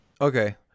Okay